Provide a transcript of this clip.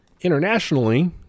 internationally